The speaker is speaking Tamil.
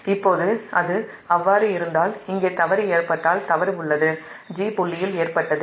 இப்போது அது அவ்வாறு இருந்தால் இங்கே தவறு ஏற்பட்டால் அது'g' புள்ளியில் ஏற்பட்டது